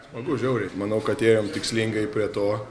smagu žiauriai manau kad ėjom tikslingai prie to